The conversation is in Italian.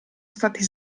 stati